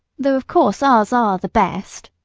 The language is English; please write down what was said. though of course ours are the best.